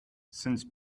since